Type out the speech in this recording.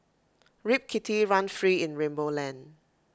Rip Kitty run free in rainbow land